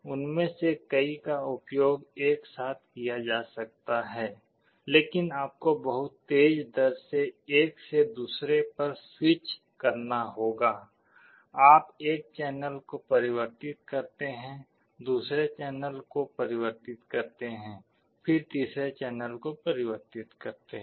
उनमें से कई का उपयोग एक साथ किया जा सकता है लेकिन आपको बहुत तेज़ दर से एक से दूसरे पर स्विच करना होगा आप एक चैनल को परिवर्तित करते हैं फिर दूसरे चैनल को परिवर्तित करते हैं फिर तीसरे चैनल को परिवर्तित करते हैं